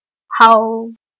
how